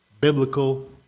biblical